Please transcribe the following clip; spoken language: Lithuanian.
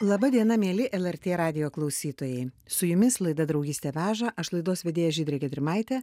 laba diena mieli lrt radijo klausytojai su jumis laida draugystė veža aš laidos vedėja žydrė gedrimaitė